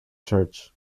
church